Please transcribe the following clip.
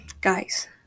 Guys